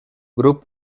grup